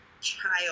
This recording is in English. child